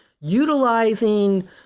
utilizing